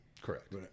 Correct